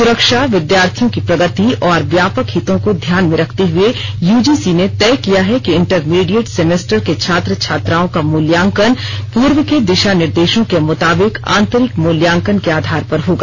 सुरक्षा विद्यार्थियों की प्रगति और व्यापक हितों को ध्यान में रखते हुए यूजीसी ने तय किया है कि इंटरमीडिएट सेमेस्टर के छात्र छात्राओं का मूल्यांकन पूर्व के दिशानिर्देशों के मुताबिक आंतरिक मूल्यांकन के आधार पर होगा